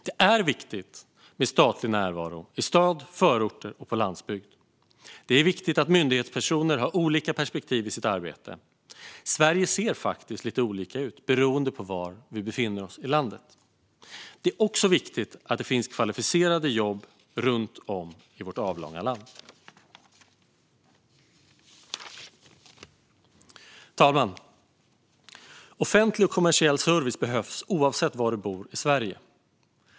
Det är viktigt med statlig närvaro i städer och förorter och på landsbygd. Det är viktigt att myndighetspersoner har olika perspektiv i sitt arbete. Sverige ser faktiskt lite olika ut beroende på var i landet vi befinner oss. Det är också viktigt att det finns kvalificerade jobb runt om i vårt avlånga land. Fru talman! Offentlig och kommersiell service behövs, oavsett var du bor i Sverige.